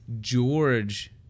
George